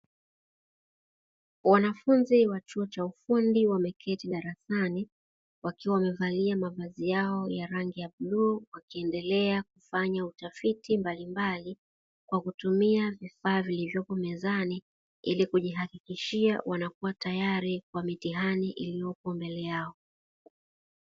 Wanafunzi wa chuo cha ufundi wameketi darasani wakiwa wamevalia mavazi yao ya rangi ya bluu, wakiendelea kufanya utafiti mbalimbali kwa kutumia vifaa vilivyoko mezani, ili kujihakikishia wanakuwa tayari kwa mitihani iliyopo mbele yao.